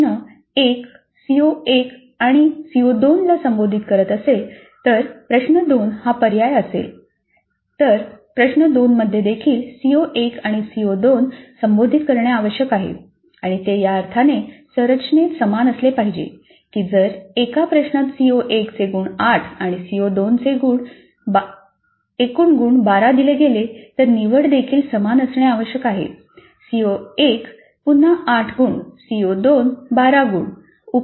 जर प्रश्न 1 सीओ 1 आणि सीओ 2 ला संबोधित करीत असेल आणि प्रश्न 2 हा दुसरा पर्याय असेल तर प्रश्न 2 मध्ये देखील सीओ 1 आणि सीओ 2 संबोधित करणे आवश्यक आहे आणि ते या अर्थाने संरचनेत समान असले पाहिजेत की जर एका प्रश्नात सीओ 1 चे एकूण गुण 8 आणि सीओ 2 चे एकूण गुण 12 दिले गेले तर निवड देखील समान असणे आवश्यक आहे सीओ 1 पुन्हा 8 गुण सीओ 2 12 गुण